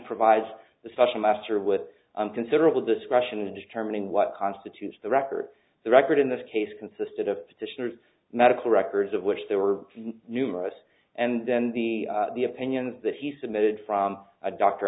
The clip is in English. provides the special master with considerable discretion in determining what constitutes the record the record in this case consisted of petitioners medical records of which there were numerous and then the the opinions that he submitted from a doctor